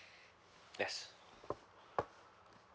yes